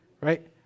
right